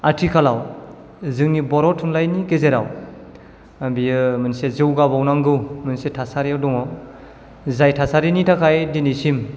आथिखालाव जोंनि बर' थुनलायनि गेजेराव बियो मोनसे जौगाबावनांगौ मोनसे थासारियाव दङ जाय थासारिनि थाखाय दिनैसिम